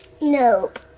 Nope